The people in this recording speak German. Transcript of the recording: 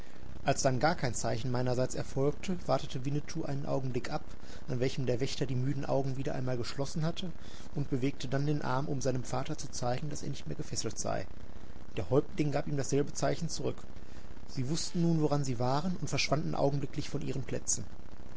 als dann gar kein zeichen meinerseits erfolgte wartete winnetou einen augenblick ab an welchem der wächter die müden augen wieder einmal geschlossen hatte und bewegte dann den arm um seinem vater zu zeigen daß er nicht mehr gefesselt sei der häuptling gab ihm dasselbe zeichen zurück sie wußten nun woran sie waren und verschwanden augenblicklich von ihren plätzen